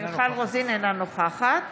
אינה נוכחת